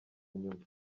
inyuma